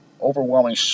overwhelming